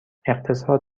اقتصاد